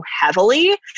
heavily